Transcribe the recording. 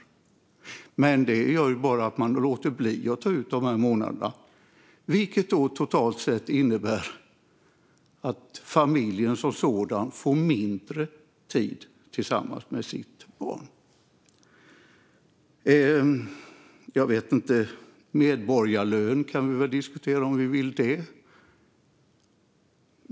Detta leder bara till att man låter bli att ta ut dessa månader, vilket totalt sett innebär att familjen som sådan får mindre tid tillsammans med sitt barn. Medborgarlön kan vi väl diskutera om vi vill det.